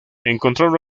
encontraron